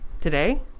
today